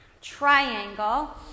triangle